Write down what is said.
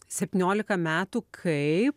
septyniolika metų kai